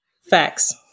Facts